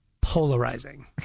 Polarizing